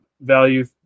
value